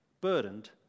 Burdened